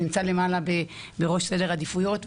זה שנמצא למעלה בראש סדר העדיפויות,